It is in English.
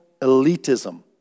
elitism